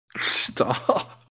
Stop